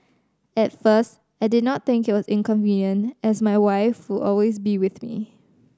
at first I did not think it was inconvenient as my wife would always be with me